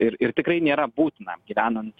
ir ir tikrai nėra būtina gyvenant